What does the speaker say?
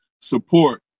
support